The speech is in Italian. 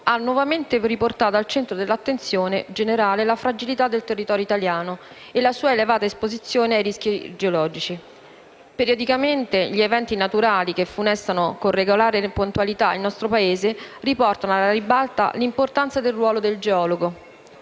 ha nuovamente riportato al centro dell'attenzione generale la fragilità del territorio italiano e la sua elevata esposizione ai rischi geologici. Periodicamente gli eventi naturali che funestano con regolare puntualità il nostro Paese riportano alla ribalta l'importanza del ruolo del geologo.